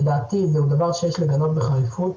לדעתי זהו דבר שיש לגנות בחריפות,